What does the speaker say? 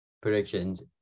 predictions